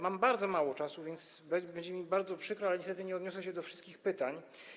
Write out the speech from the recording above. Mam bardzo mało czasu, więc bardzo mi przykro, ale niestety nie odniosę się do wszystkich pytań.